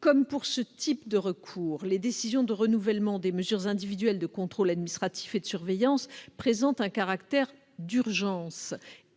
Comme pour ce type de recours, les décisions de renouvellement des mesures individuelles de contrôle administratif et de surveillance présentent un caractère d'urgence,